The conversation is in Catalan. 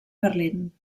berlín